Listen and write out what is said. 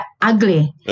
ugly